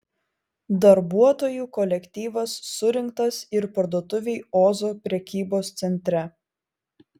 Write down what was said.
darbuotojų kolektyvas surinktas ir parduotuvei ozo prekybos centre